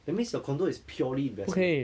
that means your condo is purely investment